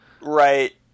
Right